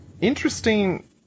interesting